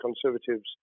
Conservatives